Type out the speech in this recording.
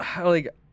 like-